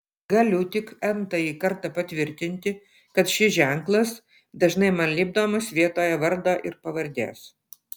galiu tik n tąjį kartą patvirtinti kad šis ženklas dažnai man lipdomas vietoje vardo ir pavardės